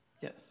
Yes